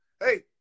hey